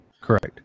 Correct